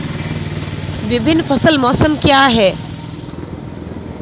विभिन्न फसल मौसम क्या हैं?